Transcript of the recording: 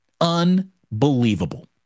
Unbelievable